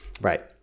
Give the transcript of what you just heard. Right